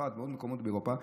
מצרפת ומעוד מקומות באירופה,